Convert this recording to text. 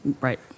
Right